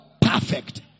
Perfect